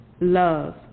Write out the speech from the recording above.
Love